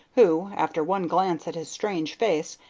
who, after one glance at his strange face,